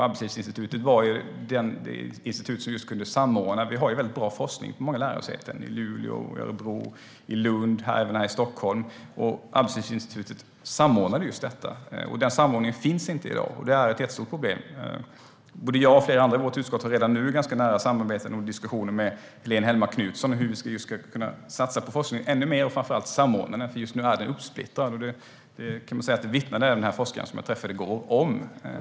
Arbetslivsinstitutet var det institut som kunde samordna forskningen. Vi har ju väldigt bra forskning på många lärosäten, i Luleå, i Örebro, i Lund och här i Stockholm. Den samordning som skedde då finns inte i dag, och det är ett jättestort problem. Jag och flera andra i utskottet har redan nu samarbete och diskussioner med Helene Hellmark Knutsson om hur man ska kunna satsa ännu mer på forskning och framför allt samordna den. Just nu är forskningen uppsplittrad, och det vittnade även den forskare som jag träffade i går om.